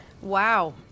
Wow